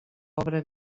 obra